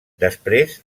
després